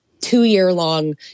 two-year-long